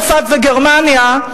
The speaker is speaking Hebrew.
צרפת וגרמניה,